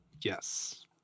Yes